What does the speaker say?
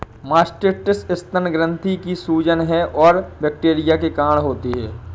mastitis स्तन ग्रंथि की सूजन है और बैक्टीरिया के कारण होती है